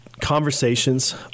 conversations